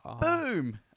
boom